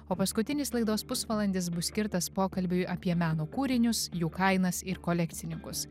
o paskutinis laidos pusvalandis bus skirtas pokalbiui apie meno kūrinius jų kainas ir kolekcininkus